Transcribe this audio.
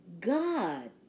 God